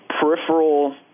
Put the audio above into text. peripheral